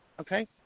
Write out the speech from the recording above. Okay